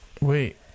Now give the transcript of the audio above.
Wait